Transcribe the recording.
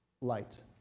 light